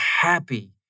happy